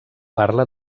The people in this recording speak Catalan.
parla